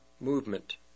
movement